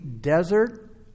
desert